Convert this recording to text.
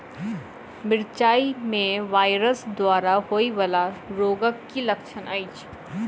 मिरचाई मे वायरस द्वारा होइ वला रोगक की लक्षण अछि?